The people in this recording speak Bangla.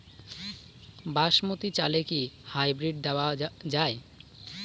বাসমতী চালে কি হাইব্রিড দেওয়া য়ায়?